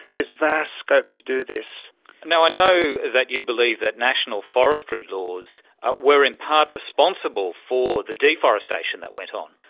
there's vast scope to do this i know that you believe that national forestry laws were in part responsible for the deforestation that went on.